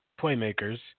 playmakers